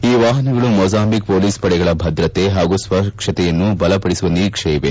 ಈ ವಾಹನಗಳು Mozambique police ಪಡೆಗಳ ಭದ್ರತೆ ಹಾಗೂ ಸುರಕ್ಷತೆಯನ್ನು ಬಲಪಡಿಸುವ ನಿರೀಕ್ಷೆ ಇದೆ